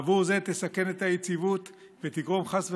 בעבור זה תסכן את היציבות ותגרום, חס וחלילה,